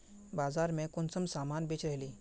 बाजार में कुंसम सामान बेच रहली?